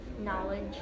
knowledge